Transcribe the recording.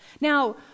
Now